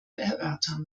erörtern